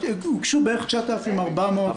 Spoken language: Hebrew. כי הוגשו בערך 9,480 הסתייגויות.